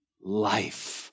life